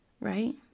right